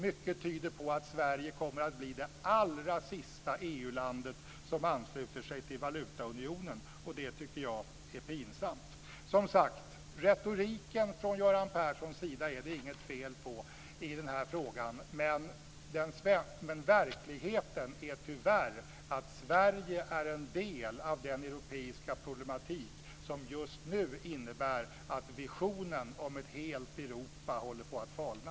Mycket tyder på att Sverige kommer att bli det allra sista EU landet som ansluter sig till valutaunionen, och det tycker jag är pinsamt. Göran Perssons retorik i den här frågan är det inget fel på, men verkligheten är tyvärr att Sverige är en del av den europeiska problematik som just nu innebär att visionen om ett helt Europa håller på att falna.